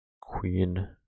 queen